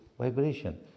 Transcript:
vibration